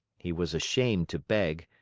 he was ashamed to beg,